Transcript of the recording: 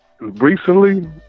Recently